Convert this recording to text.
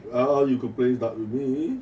ya you could play dart with me